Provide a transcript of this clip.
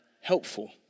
helpful